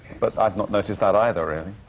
but i've not noticed that either, really.